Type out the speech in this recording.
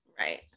right